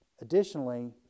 Additionally